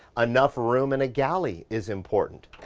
enough room in a galley is important,